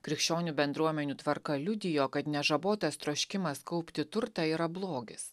krikščionių bendruomenių tvarka liudijo kad nežabotas troškimas kaupti turtą yra blogis